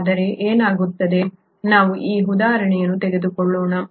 ಹಾಗಾದರೆ ಏನಾಗುತ್ತದೆ ನಾವು ಈ ಉದಾಹರಣೆಯನ್ನು ತೆಗೆದುಕೊಳ್ಳೋಣ